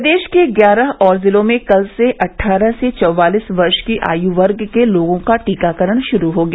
प्रदेश के ग्यारह और जिलों में कल से अट्ठारह से चौवालीस वर्ष की आयु वर्ग के लोगों का टीकाकरण शुरू हो गया